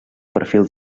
perfil